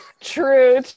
True